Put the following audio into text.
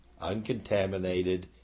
uncontaminated